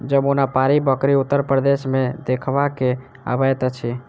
जमुनापारी बकरी उत्तर प्रदेश मे देखबा मे अबैत अछि